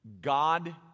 God